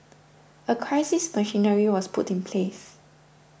a crisis machinery was put in place